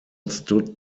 stood